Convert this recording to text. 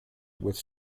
with